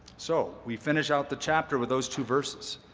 so we finish out the chapter with those two verses.